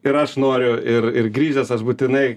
ir aš noriu ir ir grįžęs aš būtinai